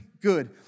good